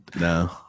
No